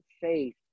faith